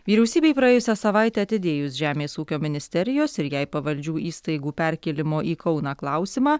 vyriausybei praėjusią savaitę atidėjus žemės ūkio ministerijos ir jai pavaldžių įstaigų perkėlimo į kauną klausimą